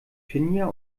finja